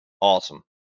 Awesome